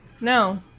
No